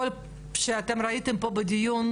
אתם ראיתם פה בדיון,